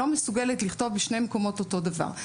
לא מסוגלת לכתוב בשני מקומות אותו דבר.